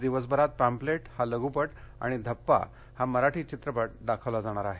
आज दिवसभरात पॅम्पलेट हा लघुपट आणि धप्पा हा मराठी चित्रपट दाखवला जाणार आहे